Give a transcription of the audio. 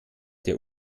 der